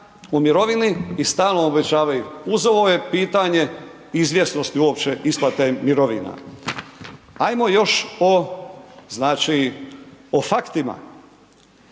u mirovini i stalno obećavaju, uz ovo je pitanje izvjesnosti uopće isplate mirovina. Hajmo još o faktima.